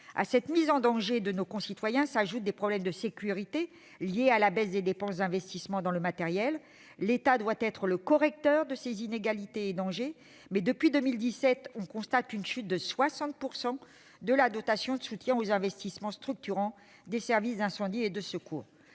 À cette mise en danger de nos concitoyens s'ajoutent des problèmes de sécurité liés à la baisse des dépenses d'investissement dans le matériel. L'État doit être le correcteur de ces inégalités et de ces dangers, mais, depuis 2017, on constate une chute de 60 % de la dotation de soutien aux investissements structurants des services d'incendie et de secours.